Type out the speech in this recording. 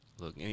look